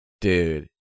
dude